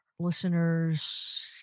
listeners